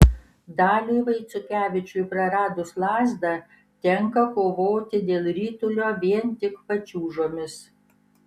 daliui vaiciukevičiui praradus lazdą tenka kovoti dėl ritulio vien tik pačiūžomis